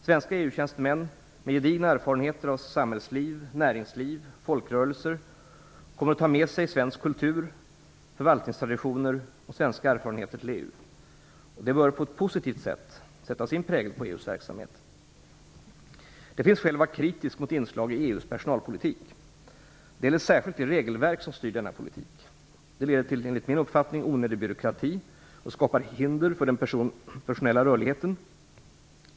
Svenska EU-tjänstemän med gedigna erfarenheter av samhällsliv, näringsliv och folkrörelser kommer att ta med sig svensk kultur, förvaltningstraditioner och svenska erfarenheter till EU. Detta bör på ett positivt sätt sätta sin prägel på EU:s verksamhet. Det finns skäl att vara kritisk mot inslag i EU:s personalpolitik. Det gäller särskilt det regelverk som styr denna politik. Enligt min uppfattning leder det till onödig byråkrati och skapar hinder för den personella rörligheten.